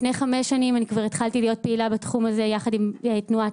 לפני חמש שנים אני כבר התחלתי להיות פעילה בתחום הזה יחד עם תנועת